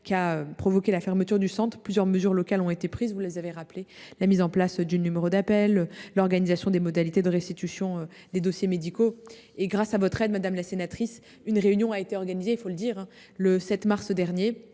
qui a provoqué la fermeture du centre, plusieurs mesures locales ont été prises, parmi lesquelles la mise en place d’un numéro d’appel et l’organisation de modalités de restitution des dossiers médicaux. Grâce à votre mobilisation, madame la sénatrice, une réunion a été organisée le 7 mars dernier